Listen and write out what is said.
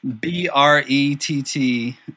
b-r-e-t-t